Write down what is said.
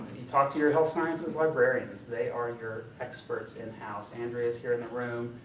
talk to your health sciences librarians, they are your experts in-house. andrea's here in the room,